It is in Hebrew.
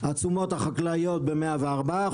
התשומות החקלאיות עלו ב-104%.